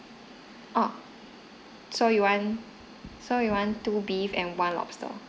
orh so you want so you want two beef and one lobster